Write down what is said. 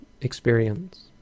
experience